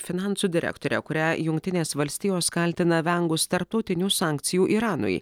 finansų direktorę kurią jungtinės valstijos kaltina vengus tarptautinių sankcijų iranui